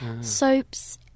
soaps